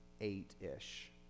eight-ish